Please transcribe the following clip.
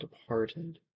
departed